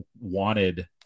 wanted